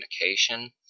communication